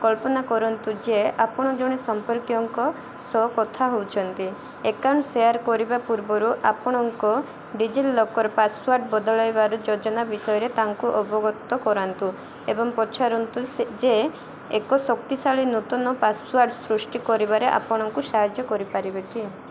କଳ୍ପନା କରନ୍ତୁ ଯେ ଆପଣ ଜଣେ ସମ୍ପର୍କୀୟଙ୍କ ସହ କଥା ହଉଛନ୍ତି ଏକାଉଣ୍ଟ ସେୟାର କରିବା ପୂର୍ବରୁ ଆପଣଙ୍କ ଡିଜିଲକର୍ ପାସୱାର୍ଡ଼ ବଦଳାଇବାର ଯୋଜନା ବିଷୟରେ ତାଙ୍କୁ ଅବଗତ କରାନ୍ତୁ ଏବଂ ପଚାରନ୍ତୁ ଯେ ଏକ ଶକ୍ତିଶାଳୀ ନୂତନ ପାସୱାର୍ଡ଼ ସୃଷ୍ଟି କରିବାରେ ଆପଣଙ୍କୁ ସାହାଯ୍ୟ କରିପାରିବେ କି